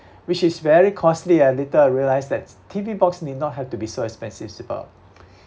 which is very costly and later I realised that T_V box need not have to be so expensive super